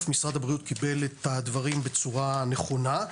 משרד הבריאות קיבל את הדברים בצורה נכונה,